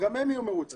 גם הם יהיו מרוצים.